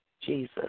Jesus